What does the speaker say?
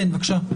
בבקשה.